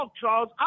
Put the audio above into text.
Charles